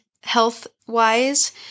health-wise